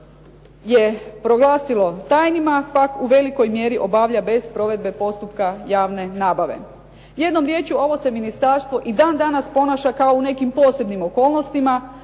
je proglasilo tajnima pak u velikoj mjeri obavlja bez provedbe postupka javne nabave. Jednom riječju ovo se ministarstvo i dan danas ponaša kao u nekim posebnim okolnostima